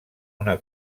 una